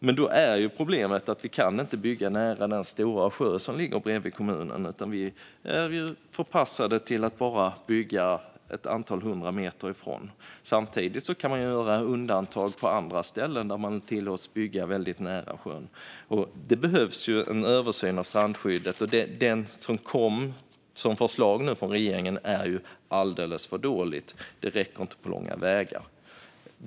Men då är problemet att vi inte kan bygga nära den stora sjö som ligger bredvid kommunen, utan vi är förpassade till att bara bygga ett antal hundra meter därifrån. Samtidigt kan man göra undantag på andra ställen där man tillåts bygga väldigt nära sjön. Det behövs en översyn av strandskyddet. Det förslag som nu har kommit från regeringen är alldeles för dåligt. Det räcker inte på långa vägar.